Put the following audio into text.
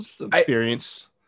experience